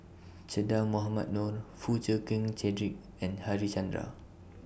Che Dah Mohamed Noor Foo Chee Keng Cedric and Harichandra